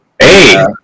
Hey